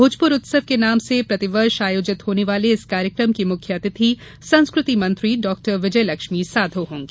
भोजपुर उत्सव के नाम से प्रतिवर्ष आयोजित होने वाले इस कार्यक्रम की मुख्य अतिथि संस्कृति मंत्री डाक्टर विजयलक्ष्मी साधौ होंगी